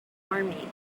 army